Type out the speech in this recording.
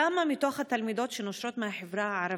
6. כמה מתוך התלמידות שנושרות הן מהחברה הערבית?